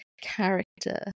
character